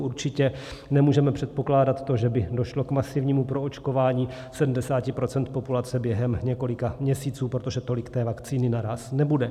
Určitě nemůžeme předpokládat to, že by došlo k masivnímu proočkování 70 % populace během několika měsíců, protože tolik té vakcíny naráz nebude.